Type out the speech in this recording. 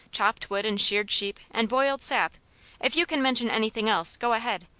chopped wood and sheared sheep, and boiled sap if you can mention anything else, go ahead,